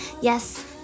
yes